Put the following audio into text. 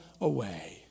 away